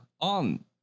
on